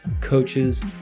coaches